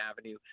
Avenue